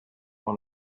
want